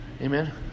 Amen